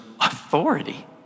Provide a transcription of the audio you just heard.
authority